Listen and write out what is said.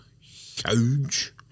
huge